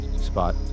Spot